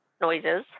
noises